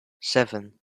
seven